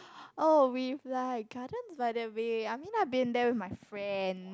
oh with like Gardens-by-the-Bay I mean I've been there with my friend